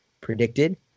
predicted